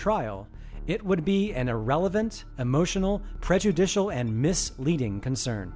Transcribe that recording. trial it would be an irrelevant emotional prejudicial and miss leading concern